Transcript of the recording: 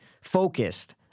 focused